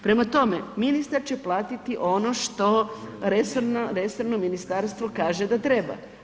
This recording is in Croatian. Prema tome, ministar će platiti ono što resorno ministarstvo kaže da treba.